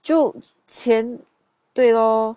就千对 lor